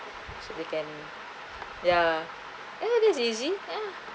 so they can ya ya that's easy ya